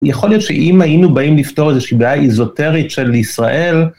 יכול להיות שאם היינו באים לפתור איזושהי בעיה איזוטרית של ישראל...